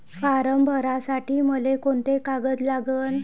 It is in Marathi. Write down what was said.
फारम भरासाठी मले कोंते कागद लागन?